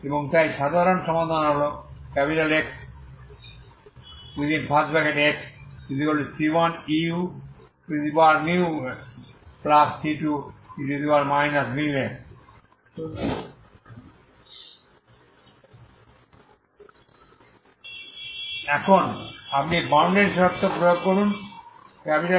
এবং তাই সাধারণ সমাধান হল Xxc1eμxc2e μx এখন আপনি বাউন্ডারি শর্ত প্রয়োগ করুন X00